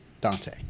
Dante